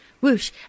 whoosh